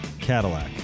Cadillac